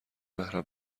محرم